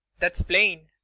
that's plain.